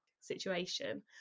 situation